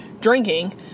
drinking